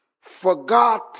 Forgot